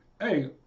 Hey